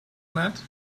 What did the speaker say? nett